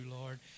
Lord